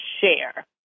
share